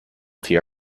tea